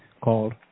called